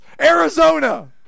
Arizona